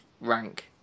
rank